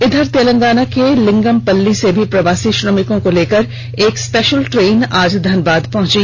इधर तेलंगाना के लिंगमपल्ली से भी प्रवासी श्रमिकों को लेकर एक स्पेषल ट्रेन आज धनबाद पहुंची